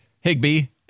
Higby